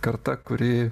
karta kuri